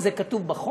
וזה כתוב בחוק,